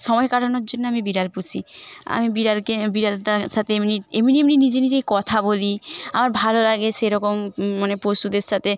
সময় কাটানোর জন্য আমি বিড়াল পুষি আমি বিড়ালকে বিড়ালটার সাথে এমনিই এমনিই এমনিই নিজে নিজেই কথা বলি আমার ভালো লাগে সেরকম মানে পশুদের সাথে